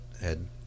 head